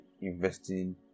investing